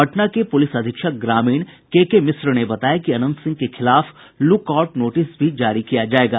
पटना के पुलिस अधीक्षक ग्रामीण के के मिश्र ने बताया कि अनंत सिंह के खिलाफ लुकआउट नोटिस जारी किया जायेगा